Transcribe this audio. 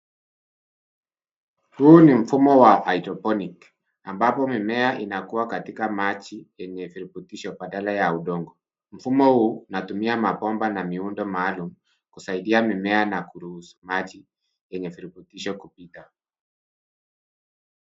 Huu ni mfumo wa cs[hydroponic]cs ambapo mimea inakuwa katika maji yenye virutubisho badala ya udongo. Mfumo huu unatumia mabomba na miundo maalum kusaidia mimea na kuruhusu maji yenye virutubisho kupita.